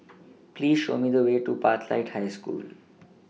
Please Show Me The Way to Pathlight School